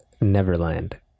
Neverland